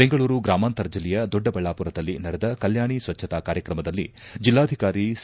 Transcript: ಬೆಂಗಳೂರು ಗ್ರಾಮಾಂತರ ಜಿಲ್ಲೆಯ ದೊಡ್ಡ ಬಳ್ಳಾಪುರದಲ್ಲಿ ನಡೆದ ಕಲ್ಟಾಣಿ ಸ್ವಚ್ಛತಾ ಕಾರ್ಯಕ್ರಮದಲ್ಲಿ ಜಿಲ್ಲಾಧಿಕಾರಿ ಸಿ